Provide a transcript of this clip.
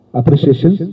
appreciation